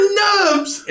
nubs